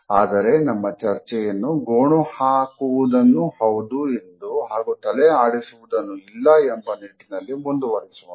ಆದರೆ ನಮ್ಮ ಚರ್ಚೆಯನ್ನು ಗೋಣು ಹಾಕುವುದನ್ನು ಹೌದು ಎಂದು ಹಾಗೂ ತಲೆ ಆಡಿಸುವುದನ್ನು ಇಲ್ಲ ಎಂಬ ನಿಟ್ಟಿನಲ್ಲಿ ಮುಂದುವರಿಸೋಣ